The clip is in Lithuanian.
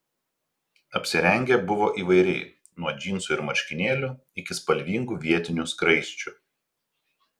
apsirengę buvo įvairiai nuo džinsų ir marškinėlių iki spalvingų vietinių skraisčių